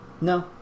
No